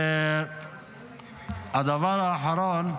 הדבר האחרון: